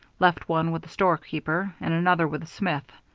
left one with the storekeeper, and another with the smith.